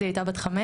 אז היא היתה בת חמש,